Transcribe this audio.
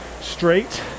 straight